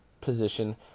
position